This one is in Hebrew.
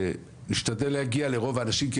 ונשתדל להגיע לרוב האנשים.